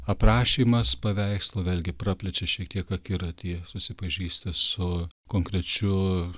aprašymas paveikslo vėlgi praplečia šiek tiek akiratį susipažįsti su konkrečiu